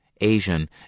Asian